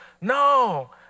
no